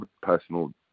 personal